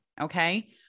Okay